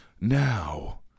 now